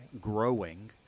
growing